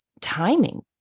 timing